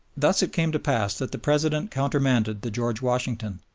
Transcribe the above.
thus it came to pass that the president countermanded the george washington,